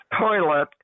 toilet